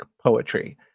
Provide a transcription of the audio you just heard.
poetry